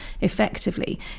effectively